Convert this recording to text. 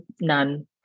none